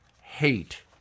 hate